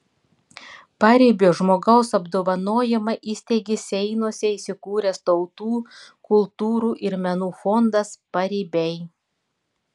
paribio žmogaus apdovanojimą įsteigė seinuose įsikūręs tautų kultūrų ir menų fondas paribiai